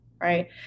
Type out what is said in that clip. Right